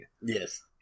Yes